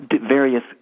various